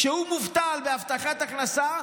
כשהוא מובטל בהבטחת הכנסה,